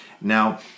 Now